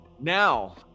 now